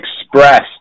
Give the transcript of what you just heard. expressed